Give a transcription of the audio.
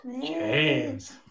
James